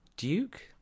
Duke